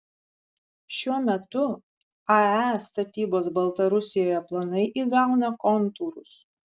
šiuo metu ae statybos baltarusijoje planai įgauna kontūrus